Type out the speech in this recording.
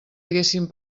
haguessin